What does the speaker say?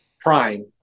prime